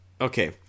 Okay